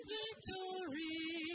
victory